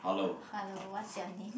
hello what's your name